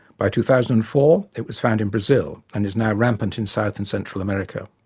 by two thousand and four it was found in brazil and is now rampant in south and central america.